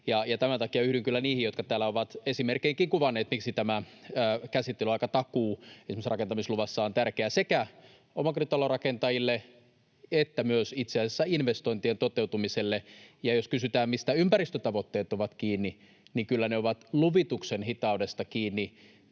Tämän takia yhdyn kyllä niihin, jotka täällä ovat esimerkeinkin kuvanneet, miksi tämä käsittelyaikatakuu esimerkiksi rakentamisluvassa on tärkeä sekä omakotitalorakentajille että myös itse asiassa investointien toteutumiselle. Ja jos kysytään, mistä ympäristötavoitteet ovat kiinni, niin kyllä ne ovat luvituksen hitaudesta kiinni